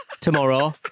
tomorrow